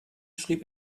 schrieb